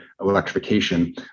electrification